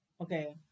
Okay